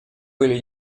были